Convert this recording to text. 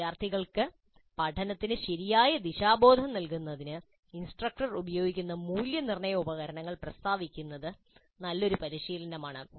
വിദ്യാർത്ഥികൾക്ക് പഠനത്തിന് ശരിയായ ദിശാബോധം നൽകുന്നതിന് ഇൻസ്ട്രക്ടർ ഉപയോഗിക്കുന്ന മൂല്യനിർണ്ണയ ഉപകരണങ്ങൾ പ്രസ്താവിക്കുന്നത് നല്ലൊരു പരിശീലനമാണ്